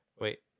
Wait